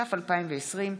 התש"ף 2020,